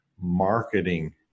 marketing